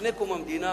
לפני קום המדינה,